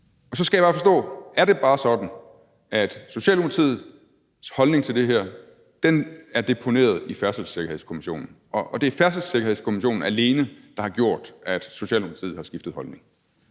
Så skal jeg bare forstå, om det er sådan, at Socialdemokratiets holdning til det her er deponeret i Færdselssikkerhedskommissionen, og at det er Færdselssikkerhedskommissionen alene, der har gjort, at Socialdemokratiet har skiftet holdning.